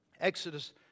Exodus